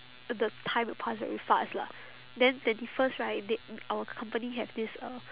the time will pass very fast lah then twenty first right they our company have this uh